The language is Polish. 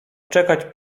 czekać